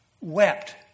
wept